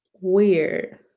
weird